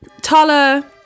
Tala